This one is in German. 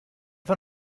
von